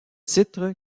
titre